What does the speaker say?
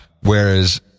Whereas